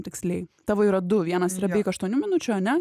tiksliai tavo yra du vienas yra beveik aštuonių minučių ane